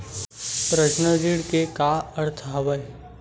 Personal ऋण के का अर्थ हवय?